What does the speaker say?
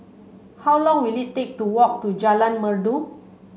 how long will it take to walk to Jalan Merdu